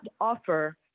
offer